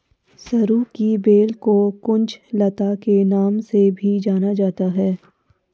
सरू की बेल को कुंज लता के नाम से भी जाना जाता है